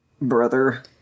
Brother